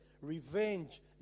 revenge